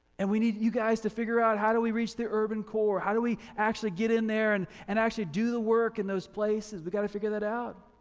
and we need you guys to figure out how do we reach the urban core? how do we actually get in there and and actually do the work in those places? we gotta figure that out.